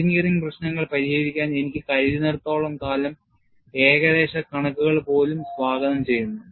engineering പ്രശ്നങ്ങൾ പരിഹരിക്കാൻ എനിക്ക് കഴിയുന്നിടത്തോളം കാലം ഏകദേശ കണക്കുകൾ പോലും സ്വാഗതം ചെയ്യുന്നു